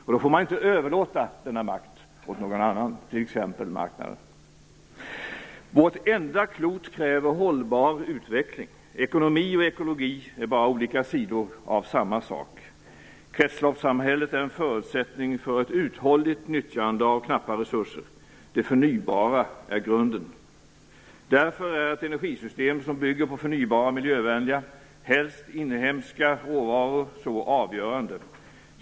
Och då får man inte överlåta denna makt åt någon annan, t.ex. marknaden. Vårt enda klot kräver hållbar utveckling. Ekonomi och ekologi är bara olika sidor av samma sak. Kretsloppssamhället är en förutsättning för ett uthålligt nyttjande av knappa resurser. Det förnybara är grunden. Därför är ett energisystem som bygger på förnybara och miljövänliga - helst inhemska - råvaror så avgörande.